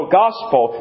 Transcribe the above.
gospel